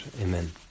Amen